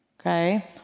okay